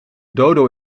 dodo